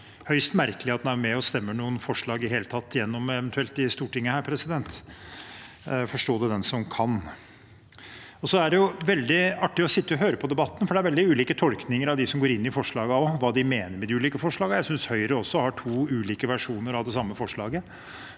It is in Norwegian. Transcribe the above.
tatt er med på å stemme noen forslag gjennom i Stortinget. Forstå det den som kan! Det er veldig artig å sitte og høre på debatten, for det er veldig ulike tolkninger fra dem som går inn i forslagene, om hva de mener med de ulike forslagene. Jeg synes Høyre også har to ulike versjoner av det samme forslaget: